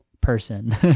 person